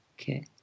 Okay